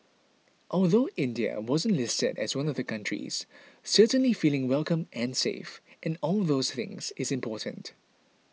although India wasn't listed as one of the countries certainly feeling welcome and safe and all those things is important